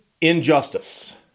Injustice